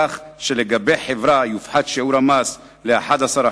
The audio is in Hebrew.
כך שלגבי חברה יופחת שיעור המס ל-11%,